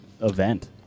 event